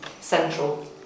central